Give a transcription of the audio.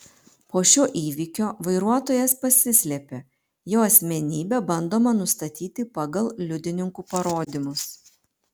po šio įvykio vairuotojas pasislėpė jo asmenybę bandoma nustatyti pagal liudininkų parodymus